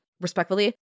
respectfully